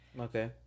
Okay